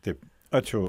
taip ačiū